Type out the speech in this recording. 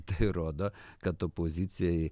tai rodo kad opozicijai